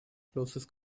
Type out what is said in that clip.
closes